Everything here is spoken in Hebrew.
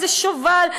איזה שובל.